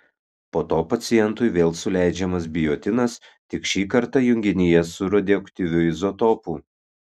po to pacientui vėl suleidžiamas biotinas tik šį kartą junginyje su radioaktyviu izotopu